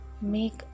make